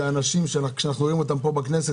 זה אנשים שכשאנחנו רואים אותם פה בכנסת